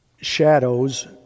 Shadows